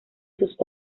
sus